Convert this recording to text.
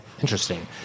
interesting